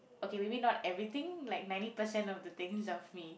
okay maybe not everything like ninety percent of the things of me